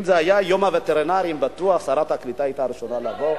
אם זה היה יום הווטרינרים בטוח שרת הקליטה היתה ראשונה לבוא,